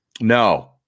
No